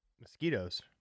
Mosquitoes